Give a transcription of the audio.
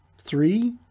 three